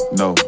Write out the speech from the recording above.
no